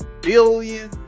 billion